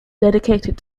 dedicated